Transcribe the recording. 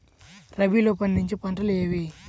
రబీలో పండించే పంటలు ఏవి?